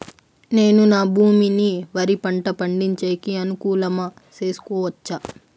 నేను నా భూమిని వరి పంట పండించేకి అనుకూలమా చేసుకోవచ్చా?